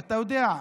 אתה יודע,